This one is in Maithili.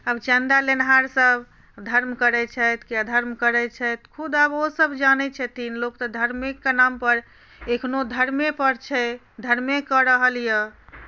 आब चन्दा लेनिहार सब धर्म करै छथि कि अधर्म करै छथि खुद आब ओसब जानै छथिन लोकतऽ धर्मेके नामपर एखनहु धर्मेपर छै धर्मे कऽ रहल अइ